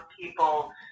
people